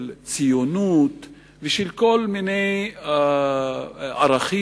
של ציונות ושל כל מיני ערכים